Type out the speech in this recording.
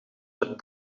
uit